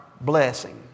blessing